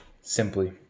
Simply